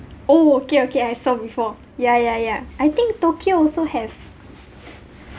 oh okay okay I saw before ya ya ya I think tokyo also have